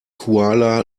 kuala